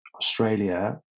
Australia